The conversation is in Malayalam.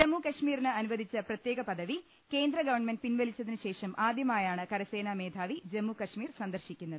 ജമ്മുകശ്മീരിന് അനുവദിച്ച പ്രത്യേക പദവി കേന്ദ്രഗവൺമെന്റ് പിൻവലിച്ചതിന് ശേഷം ആദ്യ മായാണ് കരസേനാമേധാവി ജമ്മുകശ്മീർ സന്ദർശിക്കുന്നത്